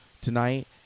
tonight